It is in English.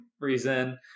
reason